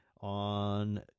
on